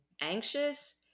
anxious